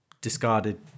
discarded